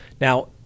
Now